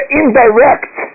indirect